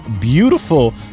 beautiful